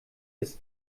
bis